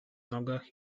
nogach